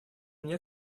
мне